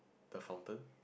the fountain